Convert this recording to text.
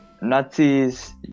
Nazis